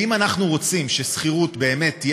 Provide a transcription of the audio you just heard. ואם אנחנו רוצים ששכירות באמת תהיה